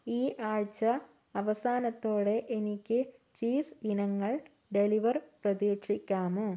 ഈ ആഴ്ച അവസാനത്തോടെ എനിക്ക് ചീസ് ഇനങ്ങൾ ഡെലിവർ പ്രതീക്ഷിക്കാമോ